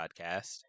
podcast